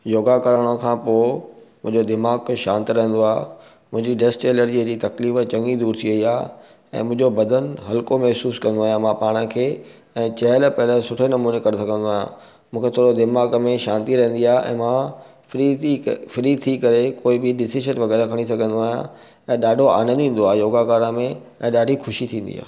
योगा करण खां पोइ मुंहिंजो दिमाग़ खे शांति रहंदो आ मुंहिंजी डस्ट एलर्जीअ अहिड़ी तकलीफ़ु चङी दूरि थी वई आहे ऐं मुंहिंजो बदन हल्को महिसूसु कंदो आहियां मां पाण खे ऐं चहल पहल सुठे नमूने करे सघंदो आहियां मूंखे थोरो दिमाग़ में शांती रहंदी आहे ऐं मां फ्री थी क फ्री थी करे कोई बि डिसीज़न वग़ैरह खणी सघंदो आहियां ऐं ॾाढो आनंदु ईंदो आहे योगा करण में ऐं ॾाढी ख़ुशी थींदी आहे